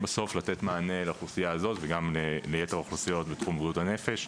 לתת מענה לאוכלוסייה הזאת וגם ליתר האוכלוסיות בתחום בריאות הנפש,